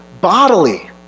bodily